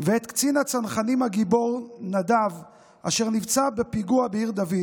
ואת קצין הצנחנים הגיבור נדב אשר נפצע בפיגוע בעיר דוד.